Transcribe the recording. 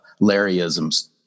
Larryisms